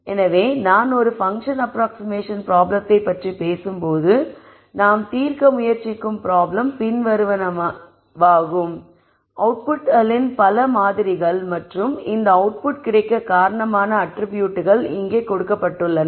எனவே நான் ஒரு பன்க்ஷன் அப்ராக்ஸ்ஷிமேஷன் பிராப்ளத்தை பற்றி பேசும்போது நாம் தீர்க்க முயற்சிக்கும் பிராப்ளம் பின்வருவனவாகும் அவுட்புட்களின் பல மாதிரிகள் மற்றும் இந்த அவுட்புட் கிடைக்க காரணமான அட்ரிபியூட்கள் இங்கே கொடுக்கப்பட்டுள்ளன